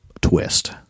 twist